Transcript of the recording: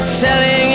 selling